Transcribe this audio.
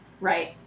Right